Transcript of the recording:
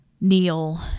Neil